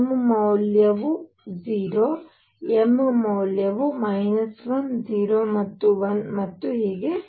m ಮೌಲ್ಯ 0 m ಮೌಲ್ಯ 1 0 ಮತ್ತು 1 ಮತ್ತು ಹೀಗೆ